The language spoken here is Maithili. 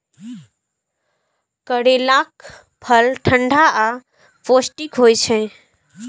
करैलाक फल ठंढा आ पौष्टिक होइ छै